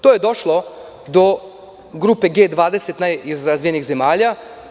To je došlo do grupe G20 najrazvijenih zemalja.